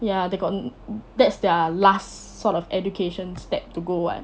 ya they got no that's their last sort of education step to go [what]